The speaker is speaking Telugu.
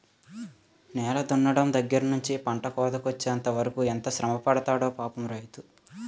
నేల దున్నడం దగ్గర నుంచి పంట కోతకొచ్చెంత వరకు ఎంత శ్రమపడతాడో పాపం రైతు